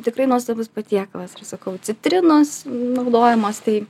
tikrai nuostabus patiekalas ir sakau citrinos naudojamos tai